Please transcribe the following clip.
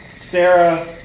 Sarah